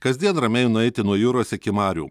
kasdien ramiai nueiti nuo jūros iki marių